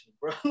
bro